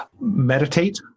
Meditate